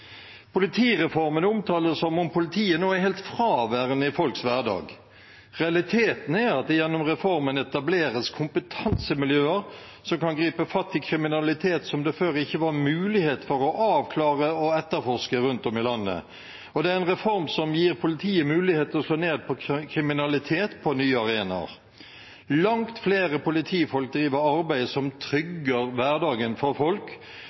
Politireformen omtales som om politiet nå er helt fraværende i folks hverdag. Realiteten er at det gjennom reformen etableres kompetansemiljøer som kan gripe fatt i kriminalitet som det før ikke var mulighet for å avklare og etterforske rundt om i landet, og det er en reform som gir politiet mulighet til å slå ned på kriminalitet på nye arenaer. Langt flere politifolk driver arbeid som trygger hverdagen for folk,